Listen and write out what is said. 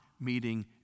meeting